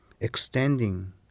extending